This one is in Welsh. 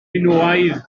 minoaidd